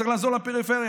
צריך לעזור לפריפריה.